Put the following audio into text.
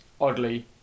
oddly